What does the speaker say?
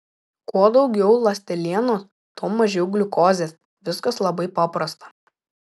kuo daugiau ląstelienos tuo mažiau gliukozės viskas labai paprasta